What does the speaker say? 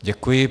Děkuji.